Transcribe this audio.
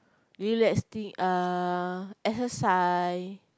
relax thing uh exercise